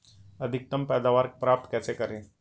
अधिकतम पैदावार प्राप्त कैसे करें?